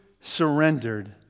surrendered